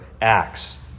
acts